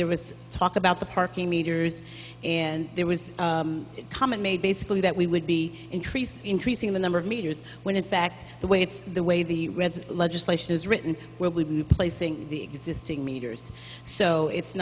there was talk about the parking meters and there was a comment made basically that we would be increased increasing the number of meters when in fact the way it's the way the red legislation is written will be placing the existing meters so it's